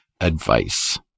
advice